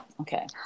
Okay